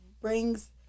brings